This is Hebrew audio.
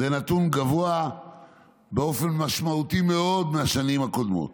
זה נתון גבוה באופן משמעותי מאוד מהשנים הקודמות.